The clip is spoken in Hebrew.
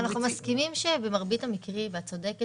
אנחנו מסכימים שבמרבית המקרים את צודקת